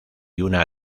una